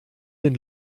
den